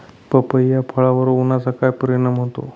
पपई या फळावर उन्हाचा काय परिणाम होतो?